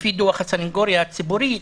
לפי דוח הסניגוריה הציבורית,